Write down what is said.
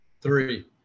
Three